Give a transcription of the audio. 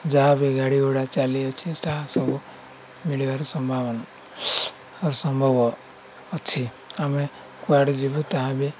ଯାହା ବି ଗାଡ଼ି ଘୋଡ଼ା ଚାଲିଅଛି ତାହା ସବୁ ମିଳିବାର ସମ୍ଭାବନା ସମ୍ଭବ ଅଛି ଆମେ କୁଆଡ଼େ ଯିବୁ ତାହା ବି